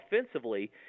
offensively